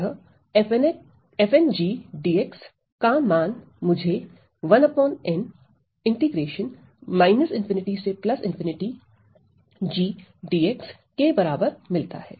अतः dx का मान मुझे के बराबर मिलता है